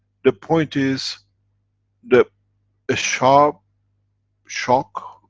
the point is the ah sharp shock,